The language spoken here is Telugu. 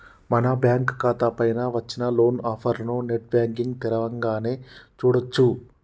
మన బ్యాంకు ఖాతా పైన వచ్చిన లోన్ ఆఫర్లను నెట్ బ్యాంకింగ్ తరవంగానే చూడొచ్చు